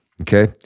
Okay